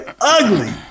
ugly